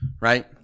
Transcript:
right